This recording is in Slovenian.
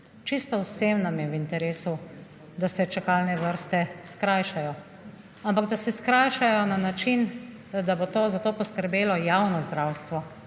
Čisto vsem nam je v interesu, da se čakalne vrste skrajšajo. Ampak, da se skrajšajo na način, da bo to za to poskrbelo javno zdravstvo,